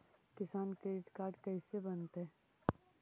किसान credit card कैसे बनतै?